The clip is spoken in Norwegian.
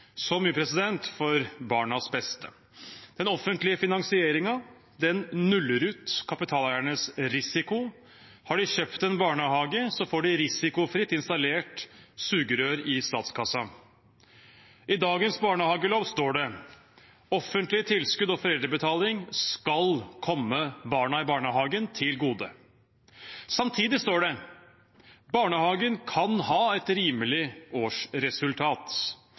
Så mye for barnas beste. Den offentlige finansieringen nuller ut kapitaleiernes risiko. Har de kjøpt en barnehage, får de risikofritt installert et sugerør i statskassa. I dagens barnehagelov står det: «Offentlige tilskudd og foreldrebetaling skal komme barna i barnehagen til gode.» Samtidig står det: «Barnehagen kan ha et rimelig årsresultat.»